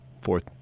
fourth